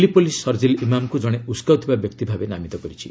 ଦିଲ୍ଲୀ ସର୍ଜିଲ୍ ଇମାମ୍କୁ ଜଣେ ଉସ୍କାଉଥିବା ବ୍ୟକ୍ତି ଭାବେ ନାମିତ କରିଛି